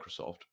Microsoft